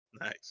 Nice